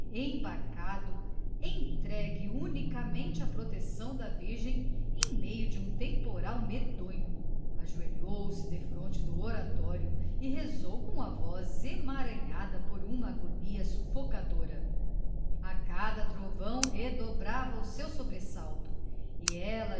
embarcado entregue unicamente à proteção da virgem em meio de um temporal medonho ajoelhou-se defronte do oratório e rezou com a voz emaranhada por uma agonia sufocadora a cada trovão redobrava o seu sobressalto e ela